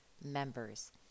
members